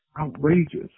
outrageous